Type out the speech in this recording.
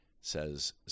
says